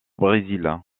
brésil